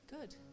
good